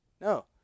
No